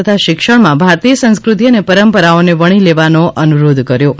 તથા શિક્ષણમાં ભારતીય સંસ્કૃતિ અને પરંપરાઓને વણી લેવાનો અનુરોધ કર્યો છે